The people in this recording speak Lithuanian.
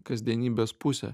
kasdienybės pusę